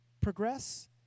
progress